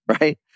right